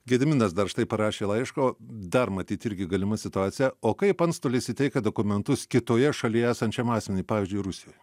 gediminas dar štai parašė laišką dar matyt irgi galima situacija o kaip antstolis įteikia dokumentus kitoje šalyje esančiam asmeniui pavyzdžiui rusijoj